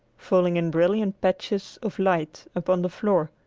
falling in brilliant patches of light upon the floor,